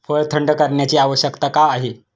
फळ थंड करण्याची आवश्यकता का आहे?